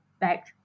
back